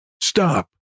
Stop